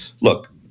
look –